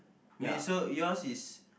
me so yours is